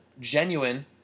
genuine